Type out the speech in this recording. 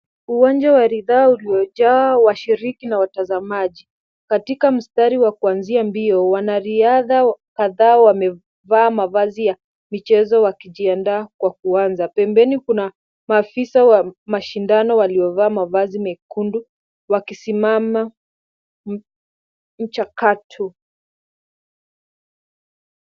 Uwanja wa ridhaa uliojaa washiriki na watazamaji. Katika msitari wa kuanza mbio, wanariadha kadhaa wamevaa mavazi ya mbio wakijiandaa kwa kuanza. Pembeni kuna maafisa wa mashindano waliovaa mavazi mekundu, wakisimama mchakato.